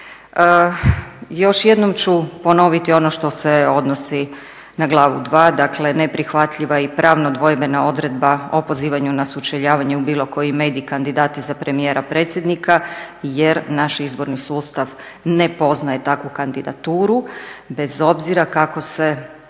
Još jednom ću ponoviti ono što se odnosi na glavu dva. Dakle, neprihvatljiva i pravno dvojbena odredba o pozivanju na sučeljavanje u bilo koji medij kandidati za premijera, predsjednika jer naš izborni sustav ne poznaje takvu kandidaturu bez obzira kako se